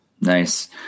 nice